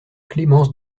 clémence